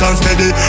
steady